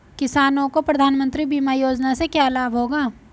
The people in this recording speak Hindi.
किसानों को प्रधानमंत्री बीमा योजना से क्या लाभ होगा?